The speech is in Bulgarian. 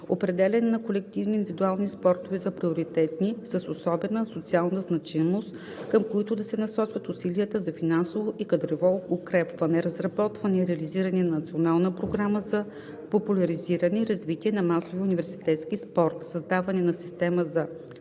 определяне на колективни и индивидуални спортове за приоритетни, с особена социална значимост, към които да се насочат усилията за финансово и кадрово укрепване; - разработване и реализиране на национална програма за популяризиране и развитие на масовия университетски спорт; - създаване на система за